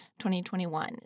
2021